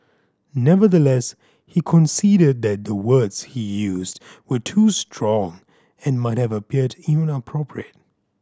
nevertheless he conceded that the words he used were too strong and might have appeared inappropriate